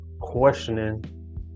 questioning